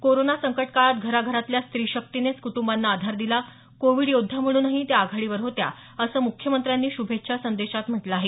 corona संकट काळात घरा घरातल्या स्त्री शक्तीनेच कुटुंबांना आधार दिला कोविड योद्धा म्हणूनही त्या आघाडीवर होत्या असं मुख्यमंत्र्यांनी शुभेच्छा संदेशात म्हटलं आहे